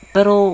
Pero